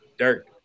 dirt